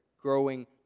growing